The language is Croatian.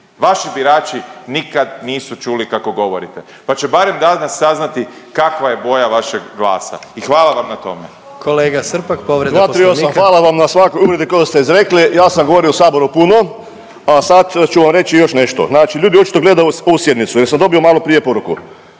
vaši birači nikad nisu čuli kako govorite, pa će barem danas saznati kakva je boja vašeg glasa i hvala vam na tome. **Jandroković, Gordan (HDZ)** Kolega Srpak, povreda Poslovnika. **Srpak, Dražen (HDZ)** 238., hvala vam na svakoj uvredi koju ste izrekli. Ja sam govorio u saboru puno, a sad ću vam reći još nešto, znači ljudi očito gledaju …/Govornik se ne razumije./…jer sam dobio maloprije poruku,